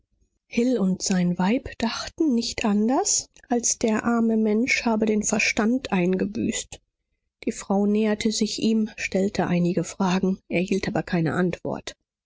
hill und sein weib dachten nicht anders als der arme mensch habe den verstand eingebüßt die frau näherte sich ihm stellte einige fragen erhielt aber keine antwort